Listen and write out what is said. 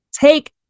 take